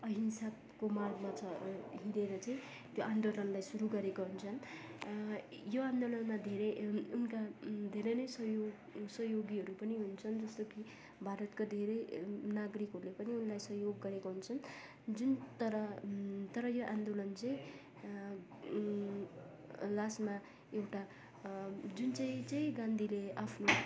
अहिंसाको मार्ग च हिँडेर चाहिँ त्यो आन्दोलनलाई सुरु गरेका हुन्छन् यो आन्दोलनमा धेरै उ उनका धेरै नै सहयोग सहयोगीहरू पनि हुन्छन् जस्तो कि भारतका धेरै नागरिकहरूले पनि उनलाई सहयोग गरेका हुन्छन् जुन तर तर यो आन्दोलन चाहिँ लास्टमा एउटा जुन चाहिँ चाहिँ गान्धीले आफ्नो